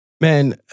Man